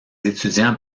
étudiants